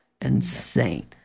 Insane